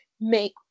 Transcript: make